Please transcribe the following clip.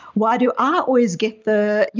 why do i always get the.